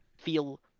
feel